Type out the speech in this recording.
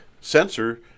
sensor